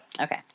Okay